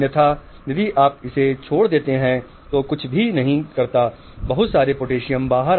अन्यथा यदि आप इसे छोड़ देते हैं तो कुछ भी नहीं करते हैं बहुत सारे पोटेशियम बाहर